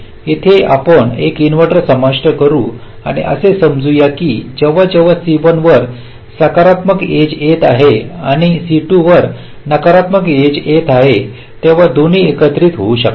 येथे आपण एक इन्व्हर्टर समाविष्ट करू आणि असे समजू या की जेव्हा जेव्हा C1 वर सकारात्मक एज येत आहे आणि C2 वर नकारात्मक एज येत आहे तेव्हा दोन्ही एकत्रित होऊ शकतात